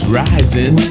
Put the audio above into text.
rising